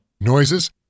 Noises